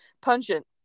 Pungent